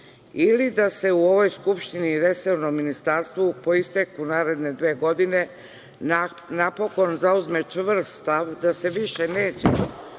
ili da u ovoj Skupštini resorno ministarstvo po isteku naredne dve godine napokon zauzme čvrst stav da se više neće